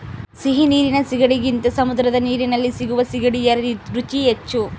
ಸಿಹಿ ನೀರಿನ ಸೀಗಡಿಗಿಂತ ಸಮುದ್ರದ ನೀರಲ್ಲಿ ಸಿಗುವ ಸೀಗಡಿಯ ರುಚಿ ಹೆಚ್ಚು